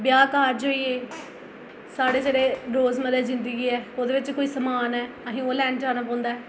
ब्याह् कारज होई गे साढ़े जेह्ड़े रोजमर्रा जिंदगी ऐ ओह्दे बिच कोई समान ऐ असें ओह् लैन जाना पौंदा ऐ